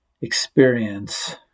experience